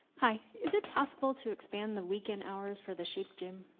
hi is it possible to expand the weekend hours for the shape gym